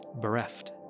bereft